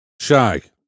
Shag